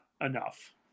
enough